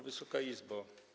Wysoka Izbo!